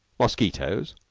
mosquitoes,